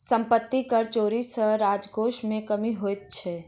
सम्पत्ति करक चोरी सॅ राजकोश मे कमी होइत छै